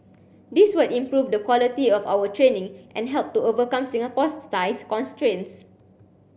this will improve the quality of our training and help to overcome Singapore's size constraints